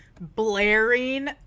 blaring